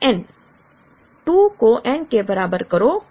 2 को n के बराबर करो